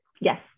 Yes